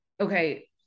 okay